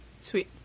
Sweet